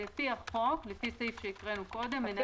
לפי סעיף שהקראנו קודם בהצעת החוק,